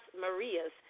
Marias